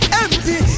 empty